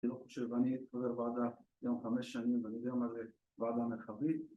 ‫אני לא חושב, ואני אתחבר בעדה ‫יום חמש שנים, ‫ואני זה אומר לועדה המרחבית.